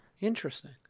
Interesting